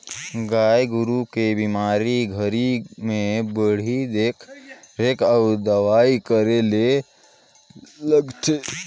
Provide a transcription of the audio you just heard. गाय गोरु के बेमारी घरी में बड़िहा देख रेख अउ दवई करे ले लगथे